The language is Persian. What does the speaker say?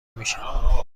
میشم